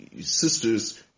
sisters